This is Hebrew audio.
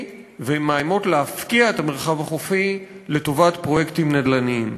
ומאיימות להפקיע את המרחב החופי לטובת פרויקטים נדל"ניים.